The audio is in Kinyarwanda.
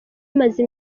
imaze